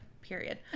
Period